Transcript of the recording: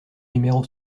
numéro